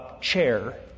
chair